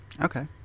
Okay